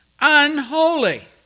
unholy